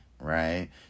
right